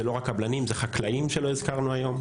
וזה לא רק קבלנים, זה חקלאים שלא הזכרנו היום,